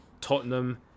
Tottenham